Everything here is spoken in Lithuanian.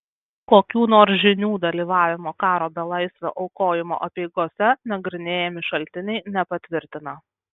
kokių nors žynių dalyvavimo karo belaisvio aukojimo apeigose nagrinėjami šaltiniai nepatvirtina